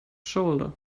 shoulder